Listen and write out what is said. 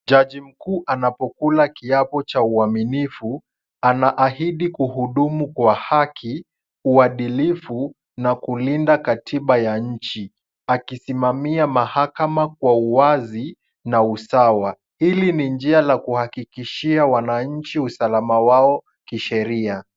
Jaji mkuu anapokula kiapo cha uaminifu anaahidi kuhudumu kwa haki ,uadilifu na kulinda katiba ya nchi, akisimamia mahakama kwa uwazi na usawa. Hili ni njia la kuhakishia wananchi usalama wao kisheria.